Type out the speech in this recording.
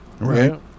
Right